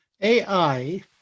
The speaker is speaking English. AI